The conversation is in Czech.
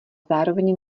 zároveň